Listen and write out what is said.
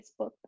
Facebook